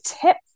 tip